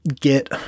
get